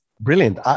Brilliant